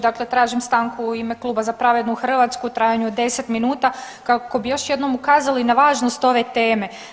Dakle, tražim stanku u ime kluba Za pravednu Hrvatsku u trajanju od 10 minuta kako bi još jednom ukazali na važnost ove teme.